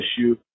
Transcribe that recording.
issue